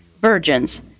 virgins